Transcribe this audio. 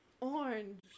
orange